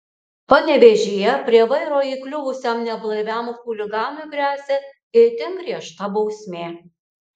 panevėžyje prie vairo įkliuvusiam neblaiviam chuliganui gresia itin griežta bausmė